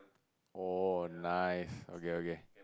oh nice okay okay